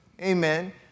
amen